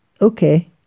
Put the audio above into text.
okay